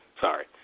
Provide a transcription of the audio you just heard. Sorry